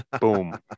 Boom